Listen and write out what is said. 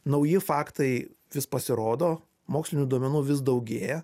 nauji faktai vis pasirodo mokslinių duomenų vis daugėja